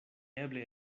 eble